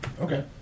okay